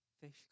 fish